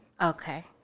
Okay